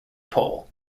pol